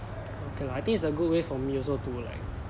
okay lah I think it's a good way for me also to like